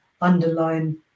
underline